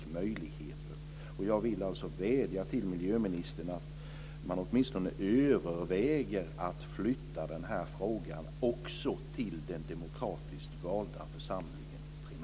Jag vill alltså vädja till miljöministern att åtminstone överväga att flytta den här frågan också till den demokratiskt valda församlingen, primärkommunen.